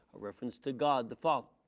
a reference to god the father,